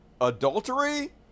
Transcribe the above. adultery